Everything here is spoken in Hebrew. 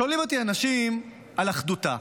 שואלים אותי אנשים על אחדותה,